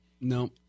no